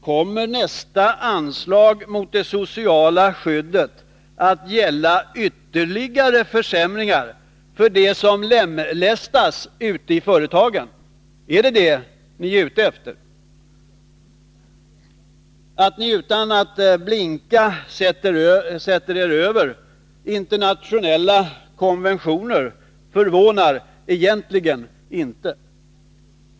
Kommer nästa anslag mot det sociala skyddet att gälla ytterligare försämringar för dem som lemlästas i företagen? Är det vad ni är ute efter? Att ni utan att blinka sätter er över internationella konventioner förvånar egentligen inte.